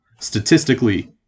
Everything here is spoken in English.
Statistically